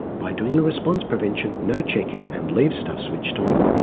by doing the response prevention, no checking and leave stuff switched on,